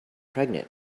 pregnant